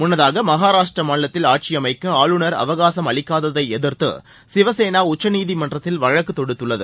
முன்னதாக மகாராஷ்டரா மாநிலத்தில் ஆட்சியமைக்க ஆளுநர் அவகாசும் அளிக்காததை எதிர்த்து சிவசேனா உச்சநீதிமன்றத்தில் வழக்கு தொடுத்துள்ளது